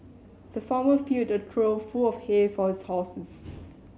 the farmer filled a trough full of hay for his horses